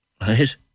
right